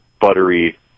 buttery